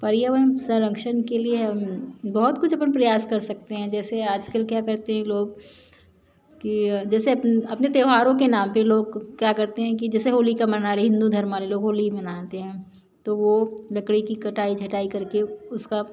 पर्यावरण संरक्षन के लिए हम बहुत कुछ अपन प्रयास कर सकते हैं जैसे आज कल क्या करते हैं लोग कि जैसे अपने त्याौहारों के नाम पर लोग क्या करते हैं कि जैसे होलिका मना रहें हिन्दू धर्म वाले लोग होली मनाते हैं तो वो लकड़ी की कटाई झटाई कर के उसका